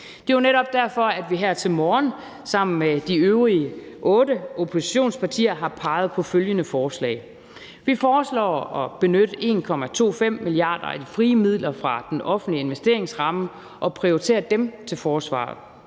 Det er jo netop derfor, at vi her til morgen sammen med de øvrige otte oppositionspartier har peget på de følgende forslag. Vi foreslår at benytte 1,25 mia. kr. af de frie midler fra den offentlige investeringsramme og prioritere dem til forsvaret.